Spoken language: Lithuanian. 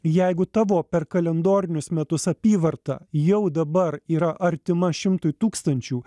jeigu tavo per kalendorinius metus apyvarta jau dabar yra artima šimtui tūkstančių